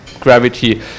gravity